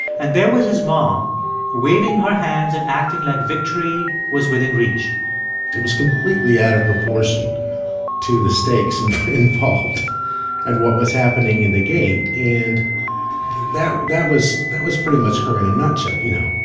and there was his mom waving her hands and acting like victory was within reach it was completely out of proportion to the stakes involved and what was happening in the game. and that that was that was pretty much her in a nutshell. you know,